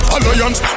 Alliance